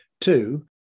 Two